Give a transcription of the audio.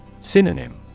Synonym